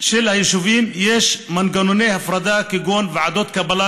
של היישובים יש מנגנוני הפרדה כגון ועדות קבלה,